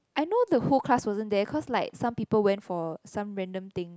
I know the whole class wasn't there cause like some people went for some random thing